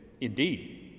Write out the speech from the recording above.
indeed